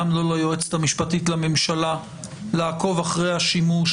לא ליועצת המשפטית לממשלה לעקוב אחרי השימוש